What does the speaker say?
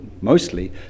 mostly